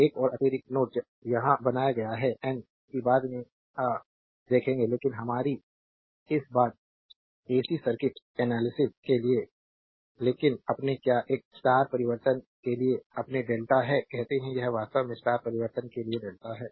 एक और अतिरिक्त नोड यहां बनाया गया है n कि बाद में आह देखेंगे लेकिन हमारी इस बात एसी सर्किट एनालिसिस के लिए लेकिन अपने क्या इस स्टार परिवर्तन के लिए अपने डेल्टा है कहते हैं यह वास्तव में स्टार परिवर्तन के लिए डेल्टा है